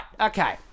Okay